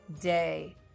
day